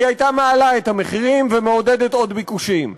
היא הייתה מעלה את המחירים ומעודדת עוד ביקושים.